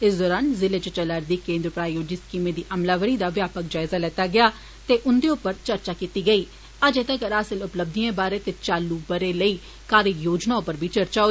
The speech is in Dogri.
इस दौरान जिले च चला'र दी केन्द्र प्रायोजित स्कीमें दी अमलावरी दा व्यापक जायजा लैता गेआ जे उन्दे उप्पर चर्चा कीती जे अजें तगर हासिल उपलब्धि बारे ते चालू बरे लेई कार्ययोजना उप्पर बी चर्चा होई